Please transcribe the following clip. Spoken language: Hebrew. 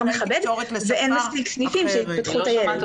מכבד ואין מספיק סניפים של התפתחות הילד.